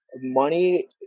money